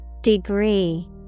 Degree